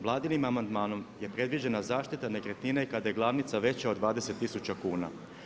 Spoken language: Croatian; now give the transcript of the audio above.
Vladinim amandmanom je predviđena zaštita nekretnina i kada je glavnica veća od 20000 kuna.